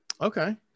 Okay